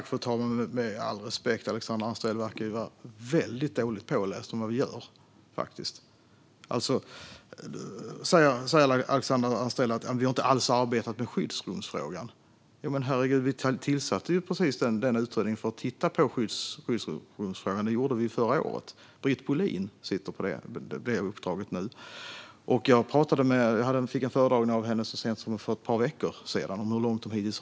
Fru talman! Med all respekt verkar Alexandra Anstrell vara väldigt dåligt påläst om vad vi gör. Alexandra Anstrell säger att vi inte har arbetat alls med skyddsrumsfrågan. Herregud, vi har ju tillsatt en utredning för att titta på skyddsrumsfrågan. Det gjorde vi förra året. Britt Bohlin sitter på det uppdraget nu. Jag fick en föredragning av henne så sent som för ett par veckor sedan om hur långt hon kommit hittills.